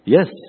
Yes